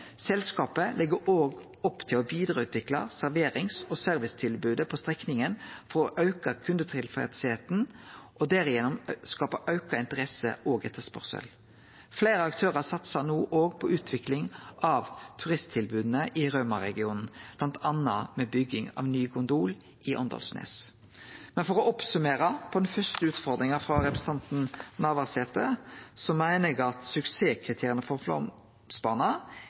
Selskapet legg òg opp til å vidareutvikle serverings- og servicetilbodet på strekninga for å auke kundetilfredsheita og gjennom det skape auka interesse og etterspørsel. Fleire aktørar satsar no på utvikling av turisttilboda i Rauma-regionen, bl.a. med bygging av ny gondol i Åndalsnes. For å summere opp når det gjeld den første utfordringa frå representanten Navarsete: Eg meiner at suksesskriteria for